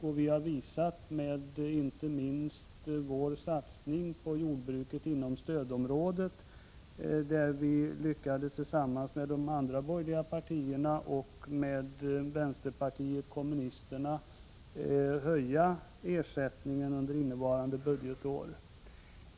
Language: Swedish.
Det har vi visat inte minst med vår satsning på jordbruket inom stödområdet, där vi, tillsammans med de andra borgerliga partierna och vpk, lyckades höja ersättningen under innevarande budgetår.